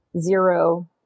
zero